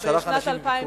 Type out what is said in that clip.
לאחרונה,